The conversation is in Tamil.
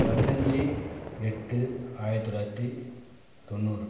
பதினஞ்சு எட்டு ஆயிரத்து தொளாயிரத்து தொண்ணூறு